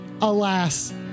alas